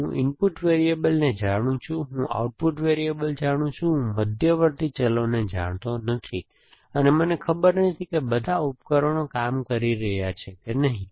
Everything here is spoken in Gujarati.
હું ઇનપુટ વેરીએબલ્સને જાણું છું હું આઉટપુટ વેરીએબલ્સ જાણું છું હું મધ્યવર્તી ચલોને જાણતો નથી અને મને ખબર નથી કે બધા ઉપકરણો કામ કરી રહ્યા છે કે નહીં